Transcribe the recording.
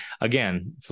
again